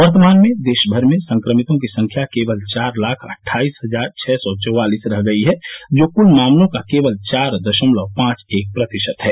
वर्तमान में देशभर में संक्रमितों की संख्या केवल चार लाख अट्ठाईस हजार छः सौ चौवालिस रह गई है जो कूल मामलों का केवल चार दशमलव पांच एक प्रतिशत है